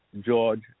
George